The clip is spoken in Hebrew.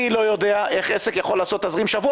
אני לא יודע איך עסק יכול לעשות תזרים לשבוע